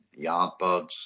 Yardbirds